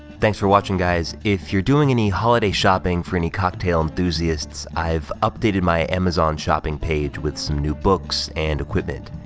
thanks for watching, guys! if you're doing any holiday shopping for any cocktail enthusiasts, i've updated my amazon shopping page with some new books and equipment.